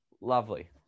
Lovely